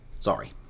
sorry